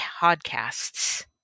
podcasts